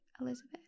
Elizabeth